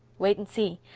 wait and see.